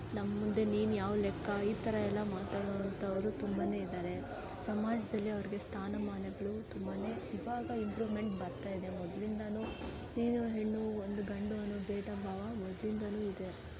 ನಮ್ಮ ಮುಂದೆ ನೀನು ಯಾವ ಲೆಕ್ಕ ಈ ಥರಯೆಲ್ಲ ಮಾತಾಡುವಂಥವ್ರು ತುಂಬ ಇದಾರೆ ಸಮಾಜದಲ್ಲಿ ಅವರಿಗೆ ಸ್ಥಾನಮಾನಗಳು ತುಂಬಾ ಇವಾಗ ಇಂಪ್ರೂವ್ಮೆಂಟ್ ಬರ್ತಾ ಇದೆ ಮೊದ್ಲಿಂದಾ ನೀನು ಹೆಣ್ಣು ಒಂದು ಗಂಡು ಅನ್ನೋ ಬೇಧ ಭಾವ ಮೊದ್ಲಿಂದಾ ಇದೆ